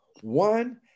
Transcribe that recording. one